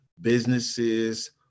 businesses